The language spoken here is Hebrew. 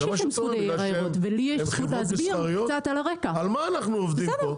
יכול להיות שהעברתם בסדר, אבל מה התשובה שלכם?